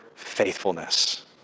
Faithfulness